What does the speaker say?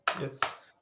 yes